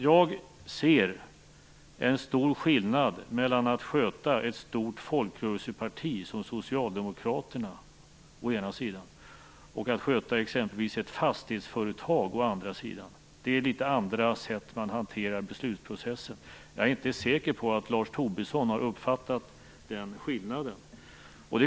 Jag ser en stor skillnad mellan att sköta ett stort folkrörelseparti som Socialdemokraterna å ena sidan och att sköta exempelvis ett fastighetsföretag å andra sidan. Man hanterar beslutsprocessen på litet olika sätt. Jag är inte säker på att Lars Tobisson har uppfattat den skillnaden.